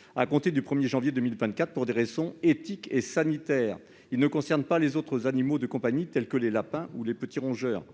chats en animalerie, pour des raisons éthiques et sanitaires ; cette disposition ne concernerait pas les autres animaux de compagnie, tels que les lapins ou les petits rongeurs.